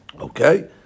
Okay